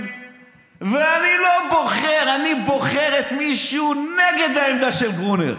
ואני בוחר מישהו נגד העמדה של גרוניס,